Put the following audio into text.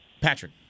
Patrick